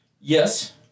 Yes